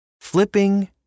flipping